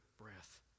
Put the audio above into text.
breath